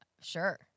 Sure